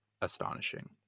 astonishing